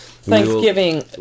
Thanksgiving